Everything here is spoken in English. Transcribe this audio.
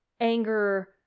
anger